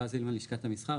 רז הילמן מלשכת המסחר,